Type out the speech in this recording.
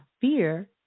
fear